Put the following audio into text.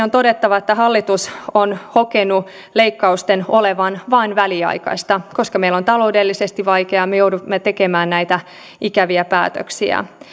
on todettava että hallitus on hokenut leikkausten olevan vain väliaikaista koska meillä on taloudellisesti vaikeaa me joudumme tekemään näitä ikäviä päätöksiä